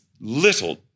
little